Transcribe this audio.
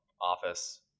Office